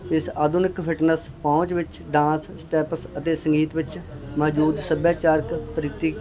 ਇਸ ਆਧੁਨਿਕ ਫਿਟਨੈਸ ਪਹੁੰਚ ਵਿੱਚ ਡਾਂਸ ਸਟੈਪਸ ਅਤੇ ਸੰਗੀਤ ਵਿੱਚ ਮੌਜੂਦ ਸੱਭਿਆਚਾਰਕ ਪ੍ਰੀਤੀ